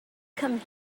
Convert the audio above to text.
come